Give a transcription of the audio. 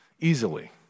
easily